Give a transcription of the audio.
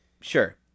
sure